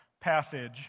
passage